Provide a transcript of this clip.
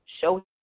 show